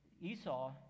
Esau